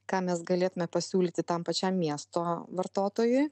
ką mes galėtume pasiūlyti tam pačiam miesto vartotojui